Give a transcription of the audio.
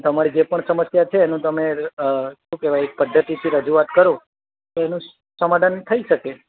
તમારી જે પણ સમસ્યા છે એનું તમે અ અ શું કહેવાય એક પદ્ધતિથી રજૂઆત કરો તો એનું સ સમાધાન થઈ શકે